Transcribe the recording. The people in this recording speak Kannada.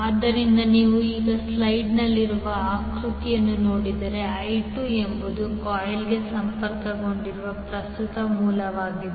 ಆದ್ದರಿಂದ ನೀವು ಈಗ ಸ್ಲೈಡ್ನಲ್ಲಿರುವ ಆಕೃತಿಯನ್ನು ನೋಡಿದರೆ i2 ಎಂಬುದು ಕಾಯಿಲ್ಗೆ ಸಂಪರ್ಕಗೊಂಡಿರುವ ಪ್ರಸ್ತುತ ಮೂಲವಾಗಿದೆ